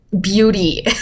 beauty